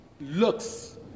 looks